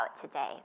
today